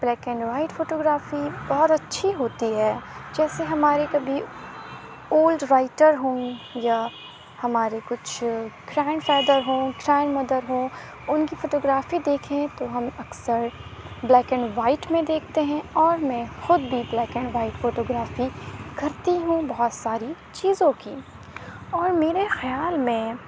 black and white photography بہت اچھی ہوتی ہے جیسے ہمارے کبھی اولڈ رائٹر ہوں یا ہمارے کچھ فرینڈ فادر ہوں فرینڈ مدر ہوں ان کی فوٹوگرافی دیکھیں تو ہم اکثر بلیک اینڈ وائٹ میں دیکھتے ہیں اور میں خود بھی بلیک اینڈ وائٹ فوٹوگرافی کرتی ہوں بہت ساری چیزوں کی اور میرے خیال میں